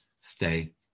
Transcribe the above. stay